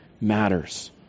matters